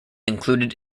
included